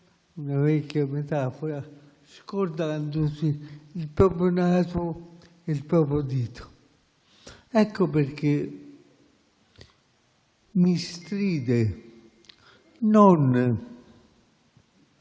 la vecchia metafora, scordandosi il proprio naso e il proprio dito. Ecco perché mi stride chi